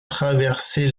traversé